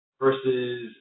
versus